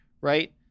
right